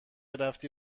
رفتی